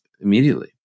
immediately